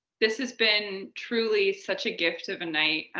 this has been truly such a gift of a night.